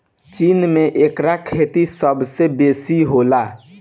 चीन में एकर खेती सबसे बेसी होला